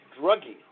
drugging